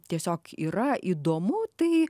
tiesiog yra įdomu tai